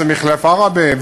אז זה מחלף עראבה,